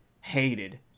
hated